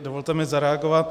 Dovolte mi zareagovat.